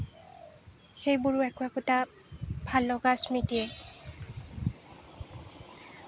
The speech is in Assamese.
সেইবোৰো একো একোটা ভাল লগা স্মৃতিয়ে